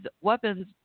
weapons